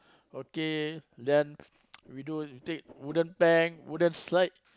okay then we do we take wooden pan wooden slide